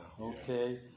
okay